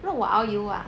what about you